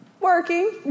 working